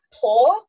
poor